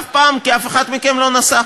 אף פעם, כי אף אחד מכם לא נסע.